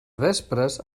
vespres